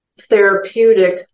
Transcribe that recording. therapeutic